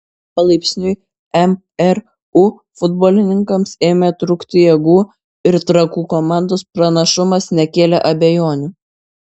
palaipsniui mru futbolininkams ėmė trukti jėgų ir trakų komandos pranašumas nekėlė abejonių